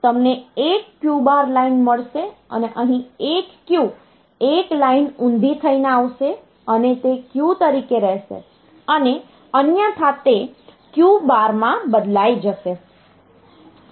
તેથી તમને એક Q બાર લાઇન મળશે અને અહીં એક Q 1 લાઇન ઊંધી થઈને આવશે અને તે Q તરીકે રહેશે અને અન્યથા તે Q બારમાં બદલાઈ જશે